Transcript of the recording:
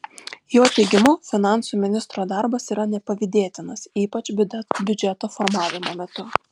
jo teigimu finansų ministro darbas yra nepavydėtinas ypač biudžeto formavimo metu